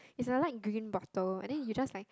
it's a light green bottle and then you just like